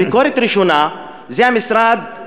ביקורת ראשונה: זה המשרד,